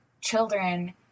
children